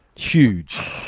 Huge